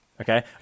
Okay